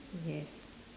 yes